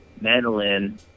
mandolin